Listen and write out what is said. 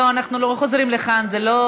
לא, אנחנו לא חוזרים לכאן, זה לא,